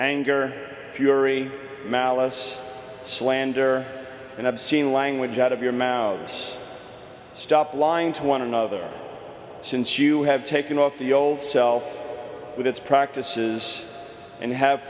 anger fury malice slander and obscene language out of your mouths stop lying to one another since you have taken up the old self with its practices and have